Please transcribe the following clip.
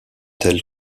tel